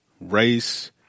race